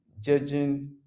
judging